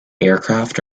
aircraft